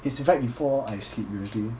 it's in fact before I sleep usually